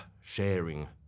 sharing